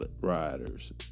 riders